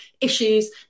issues